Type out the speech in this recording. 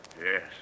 Yes